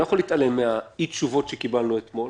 אני לא יכול להתעלם מהאי-תשובות שקיבלנו אתמול.